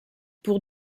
pour